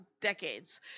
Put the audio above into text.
decades